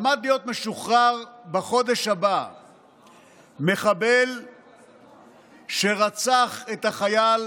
עמד להיות משוחרר בחודש הבא מחבל שרצח את החייל